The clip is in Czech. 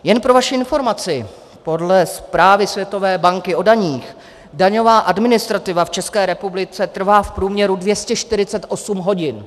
Jen pro vaši informaci, podle zprávy Světové banky o daních daňová administrativa v České republice trvá v průměru 248 hodin.